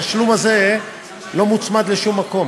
התשלום הזה לא מוצמד לשום מקום.